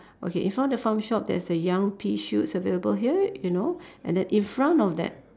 okay in front of the farm shop there's a young pea shoots available here you know and then in front of that